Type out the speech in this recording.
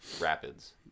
Rapids